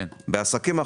בעסקים,